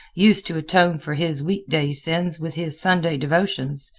used to atone for his weekday sins with his sunday devotions.